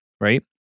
right